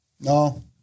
No